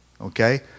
Okay